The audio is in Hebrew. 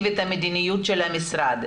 האם יש חוזר מנכ"ל שמכתיב את המדיניות של המשרד?